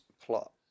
plot